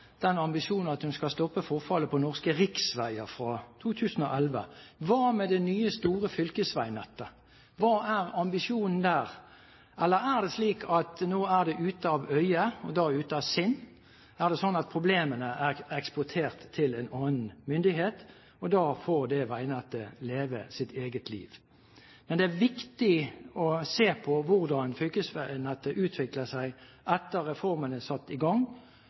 den ambisjon at hun skal stoppe forfallet på norske riksveier fra 2011. Hva med det nye store fylkesveinettet? Hva er ambisjonen der? Eller er det slik at nå er det ute av øye og da ute av sinn? Er det slik at problemene er eksportert til en annen myndighet, og da får det veinettet leve sitt eget liv? Men det er viktig å se på hvordan fylkesveinettet utvikler seg etter at reformen er satt i gang.